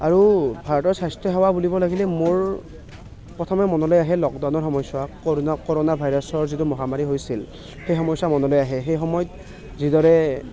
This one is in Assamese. আৰু ভাৰতৰ স্বাস্থ্য সেৱা বুলিব লাগিলে মোৰ প্ৰথমে মনলৈ আহে লকডাউনৰ সময়ছোৱা কৰোণা কৰোণা ভাইৰাচৰ যিটো মহামাৰি হৈছিল সেই সময়ছোৱা মনলৈ আহে সেই সময়ত যিদৰে